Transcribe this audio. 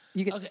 Okay